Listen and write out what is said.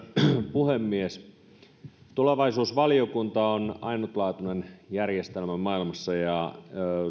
puhemies tulevaisuusvaliokunta on ainutlaatuinen järjestelmä maailmassa ja